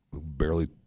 Barely